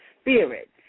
spirit